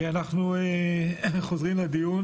אנחנו חוזרים לדיון